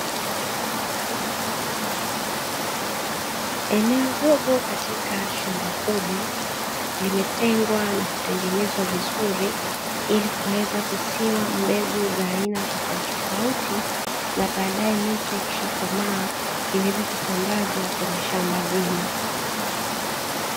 Eneo dogo katika shamba kubwa limetengwa na kutengenezwa vizuri, ili kuweza kusiwa mbegu za aina tofauti tofauti na baadae miche ikishakomaa iweze kusambazwa kwenye shamba zima.